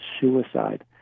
suicide